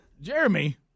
Jeremy